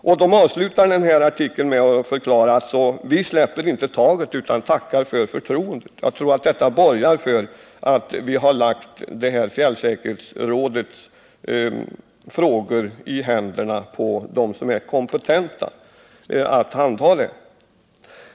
Artikeln slutar med orden: ”Så vi släpper inte taget utan tackar för förtroendet.” Jag tror att detta borgar för att vi har lagt fjällsäkerhetsrådets angelägenheter i händerna på dem som är kompetenta.